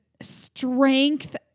strength